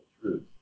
truth